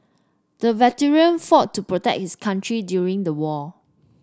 the veteran fought to protect his country during the war